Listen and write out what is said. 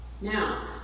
Now